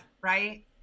right